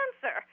cancer